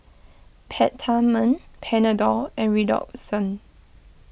Peptamen Panadol and Redoxon